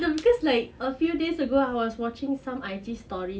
no because like a few days ago I was watching some I_G story